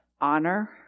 honor